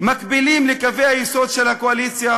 מקבילים לקווי היסוד של הקואליציה?